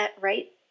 right